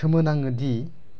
सोमोनाङोदि